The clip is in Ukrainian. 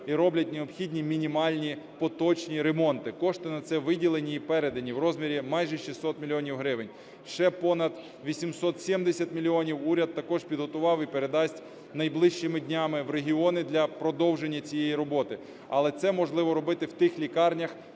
і роблять необхідні мінімальні поточні ремонти. Кошти на це виділені і передані в розмірі майже 600 мільйонів гривень. Ще понад 870 мільйонів уряд також підготував і передасть найближчими днями в регіони для продовження цієї роботи. Але це можливо робити в тих лікарнях,